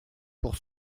pour